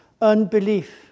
unbelief